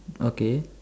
okay